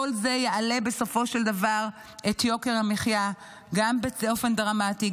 כל זה יעלה בסופו של דבר את יוקר המחיה באופן דרמטי,